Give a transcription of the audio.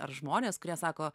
ar žmonės kurie sako